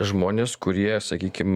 žmonės kurie sakykim